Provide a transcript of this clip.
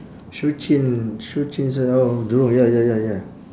shuqun shuqun s~ oh jurong ya ya ya ya